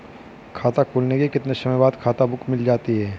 खाता खुलने के कितने समय बाद खाता बुक मिल जाती है?